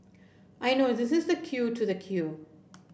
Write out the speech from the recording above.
I know this is the queue to the queue